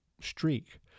streak